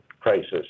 crisis